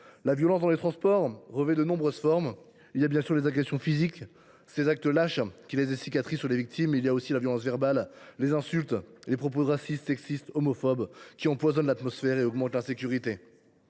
La violence dans les transports en commun revêt de nombreuses formes. Il y a bien sûr les agressions physiques, ces actes lâches qui laissent des cicatrices sur les victimes, mais il y a aussi la violence verbale, les insultes, les propos racistes, sexistes ou homophobes, qui empoisonnent l’atmosphère et augmentent l’insécurité.